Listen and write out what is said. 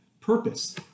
purpose